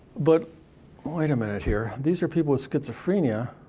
but wait a minute here, these are people with schizophrenia,